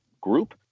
group